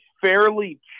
fairly